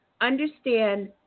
understand